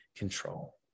control